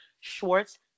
Schwartz